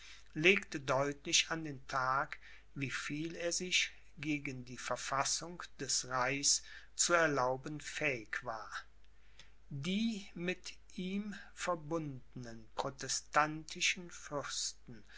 legte deutlich an den tag wie viel er sich gegen die verfassung des reichs zu erlauben fähig war die mit ihm verbundenen protestantischen fürsten